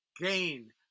gain